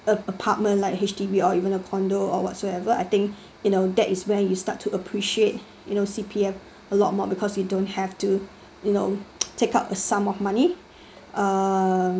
apartment like H_D_B or even a condo or whatsoever I think you know that is where you start to appreciate you know C_P_F a lot more because you don't have to you know take up a sum of money um